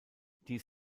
dies